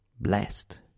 blessed